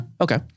Okay